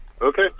Okay